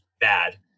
bad